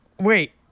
wait